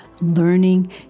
learning